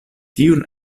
tiun